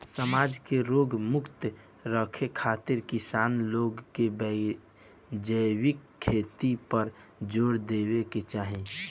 समाज के रोग मुक्त रखे खातिर किसान लोग के जैविक खेती पर जोर देवे के चाही